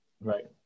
Right